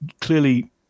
clearly